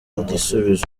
igisubizo